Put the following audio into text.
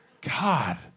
God